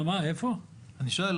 מה שחל חל,